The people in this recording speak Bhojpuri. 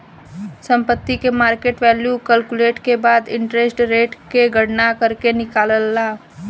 संपत्ति के मार्केट वैल्यू कैलकुलेट के बाद इंटरेस्ट रेट के गणना करके निकालाला